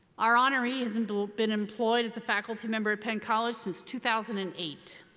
our honoree has and ah been employed as a faculty member at penn college since two thousand and eight.